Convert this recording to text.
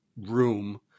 room